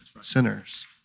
sinners